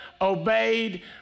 obeyed